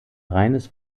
reines